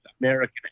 American